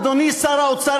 אדוני שר האוצר,